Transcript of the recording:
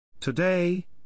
Today